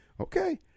Okay